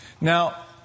Now